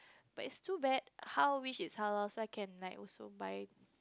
but is too bad how wish is halal so I can like also buy